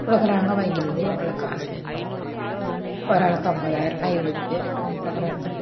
கொடுக்கறாங்க வங்கியிலருந்து எவ்வளோ காசு வேணுன்னாலும் ஒரு ஆளுக்கு ஐம்பதாயரம்னா இருபது பேருக்கு கொடுக்கறாங்க